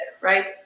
right